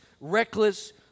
reckless